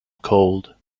cold